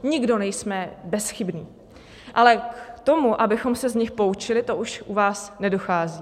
Nikdo nejsme bezchybný, ale k tomu, abychom se z nich poučili, už u vás nedochází.